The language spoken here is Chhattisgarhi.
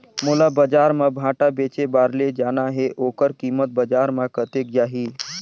मोला बजार मां भांटा बेचे बार ले जाना हे ओकर कीमत बजार मां कतेक जाही?